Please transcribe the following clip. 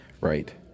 Right